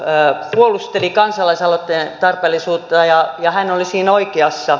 niikko puolusteli kansalaisaloitteen tarpeellisuutta ja hän oli siinä oikeassa